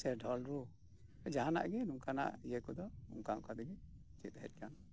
ᱥᱮ ᱰᱷᱚᱞ ᱨᱩ ᱡᱟᱦᱟᱱᱟᱜ ᱜᱮ ᱱᱚᱝᱠᱟᱱᱟᱜ ᱤᱭᱟᱹ ᱠᱚᱫᱚ ᱚᱱᱠᱟ ᱚᱱᱠᱟ ᱛᱮᱜᱮ ᱪᱮᱫ ᱦᱮᱡ ᱟᱠᱟᱱ ᱛᱟᱵᱩᱣᱟ